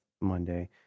Monday